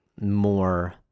More